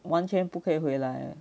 完全不可以回来